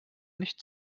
nicht